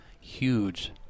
Huge